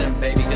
Baby